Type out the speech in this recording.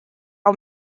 are